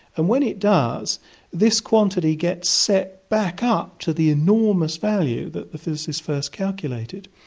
and when it does this quantity gets set back up to the enormous value that the physicists first calculated.